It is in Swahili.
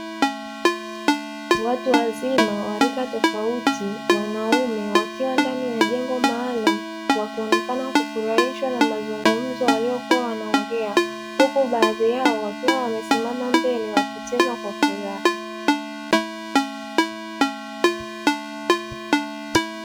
Watu wazima wa rika tofauti wanaume wakiwa ndani ya jengo maalumu wakionekana kufurahishwa na mazungumzo waliokuwa wanaongea, huku baadhi yao wakiwa wamesimama mbele wakicheza kwa furaha.